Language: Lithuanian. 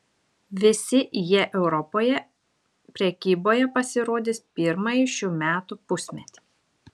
visi jie europoje prekyboje pasirodys pirmąjį šių metų pusmetį